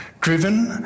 driven